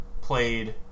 played